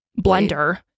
blender